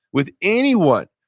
with anyone.